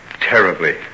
Terribly